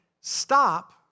stop